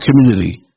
community